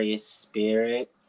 spirit